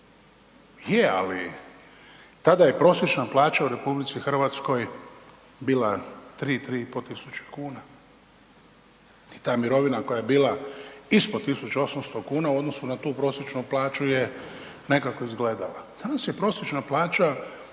Je, ali tada je prosječna plaća u RH bila 3.000, 3.500 kuna i ta mirovina koja je bila ispod 1.800 kuna u odnosu na tu prosječnu plaću je nekako izgledala. Danas je prosječna plaća